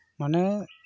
ᱢᱟᱱᱮ